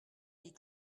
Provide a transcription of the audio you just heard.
les